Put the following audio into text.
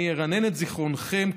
אני ארענן את זיכרונכם,